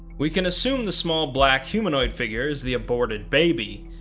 we can assume the small black humanoid figure is the aborted baby,